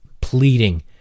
pleading